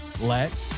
Let